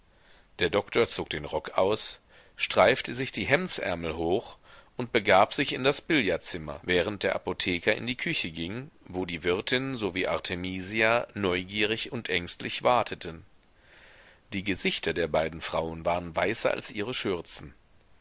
der doktor zog den rock aus streifte sich die hemdsärmel hoch und begab sich in das billardzimmer während der apotheker in die küche ging wo die wirtin sowie artemisia neugierig und ängstlich warteten die gesichter der beiden frauen waren weißer als ihre schürzen